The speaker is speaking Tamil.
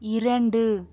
இரண்டு